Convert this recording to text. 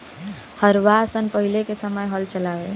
हरवाह सन पहिले के समय हल चलावें